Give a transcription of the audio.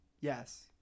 yes